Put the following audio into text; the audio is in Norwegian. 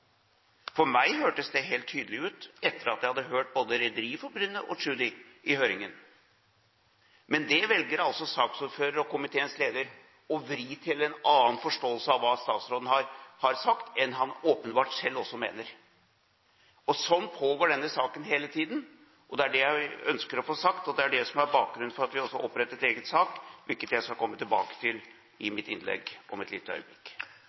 For meg hørtes det helt tydelig ut, etter at jeg hadde hørt både Rederiforbundet og Tschudi i høringen. Men det velger altså saksordføreren og komiteens leder å vri til en annen forståelse av hva statsråden har sagt, og det han åpenbart selv også mener. Sånn pågår denne saken hele tiden. Det er det jeg ønsker å få sagt, og det er det som er bakgrunnen for at vi også opprettet egen sak, hvilket jeg skal komme tilbake til i mitt innlegg om et lite øyeblikk.